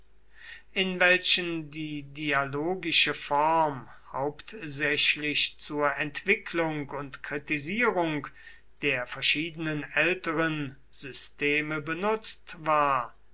in welchen die dialogische form hauptsächlich zur entwicklung und kritisierung der verschiedenen älteren systeme benutzt war